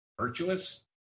virtuous